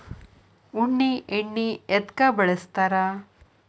ಉಣ್ಣಿ ಎಣ್ಣಿ ಎದ್ಕ ಬಳಸ್ತಾರ್?